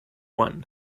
one